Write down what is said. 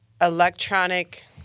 Electronic